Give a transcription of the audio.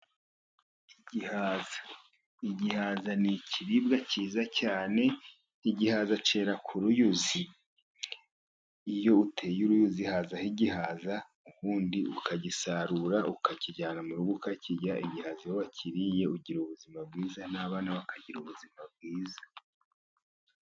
Igihaza, igihaza n'kiribwa cyiza cyane, igihaza cyera ku ruyuzi , iyo uteye uruyuzi hazaho igihaza ubundi ukagisarura ukakijyana mu rugo ukakirya, igihaza iyo wakiriye ugira ubuzima bwiza, n'abana bakagira ubuzima bwiza.